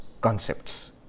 concepts